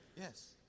Yes